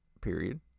period